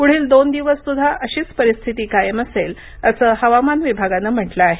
पुढील दोन दिवस सुद्धा अशीच परिस्थिती कायम असेल असं हवामान विभागानं म्हटलं आहे